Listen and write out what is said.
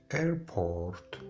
airport